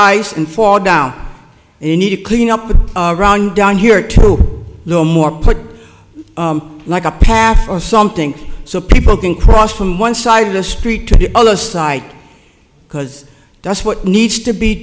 ice and fall down in need to clean up the ground down here to no more put like a path or something so people can cross from one side of the street to the other side because that's what needs to be